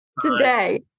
today